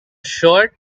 short